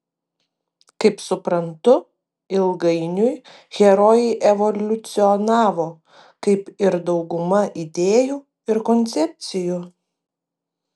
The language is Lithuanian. kaip suprantu ilgainiui herojai evoliucionavo kaip ir dauguma idėjų ir koncepcijų